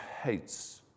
hates